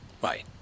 Bye